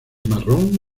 marrón